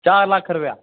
चार लक्ख रपेआ